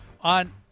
on